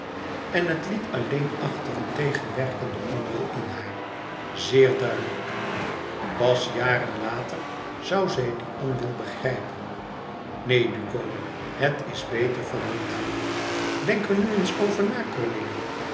en het liet alleen achter een tegenwerkende onwil in haar zeer duidelijk pas jaren later zoû zij dien onwil begrijpen neen duco het is beter van niet denk er nu eens over na